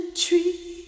tree